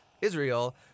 Israel